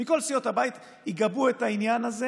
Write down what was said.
מכל סיעות הבית יגבו את העניין הזה